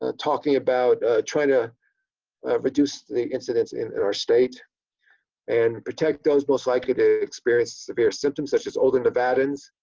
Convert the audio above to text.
ah talking about trying to reduce the incidents in in our state and protect those most likely to experience severe symptoms such as older nevadans.